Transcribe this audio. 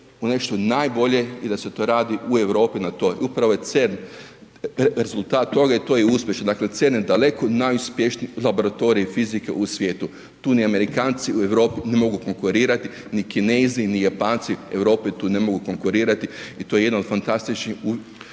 u nešto najbolje i da se to radi u Europi na toj, upravo je CERN rezultat toga i to je uspješno, dakle, CERN je daleko najuspješniji laboratorij fizike u svijetu, tu ni Amerikanci u Europi ne mogu konkurirati, ni Kinezi ni Japanci Europi tu ne mogu konkurirati i to je jedna od fantastičnih uspjeha